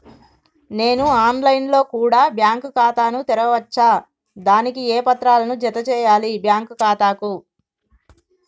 నేను online లో కూడా బ్యాంకు ఖాతా ను తెరవ వచ్చా? దానికి ఏ పత్రాలను జత చేయాలి బ్యాంకు ఖాతాకు?